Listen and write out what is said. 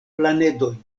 planedoj